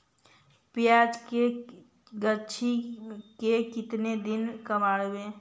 प्याज के गाछि के केतना दिन में कबाड़बै?